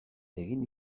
egin